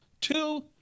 Two